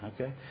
okay